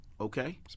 okay